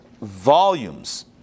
volumes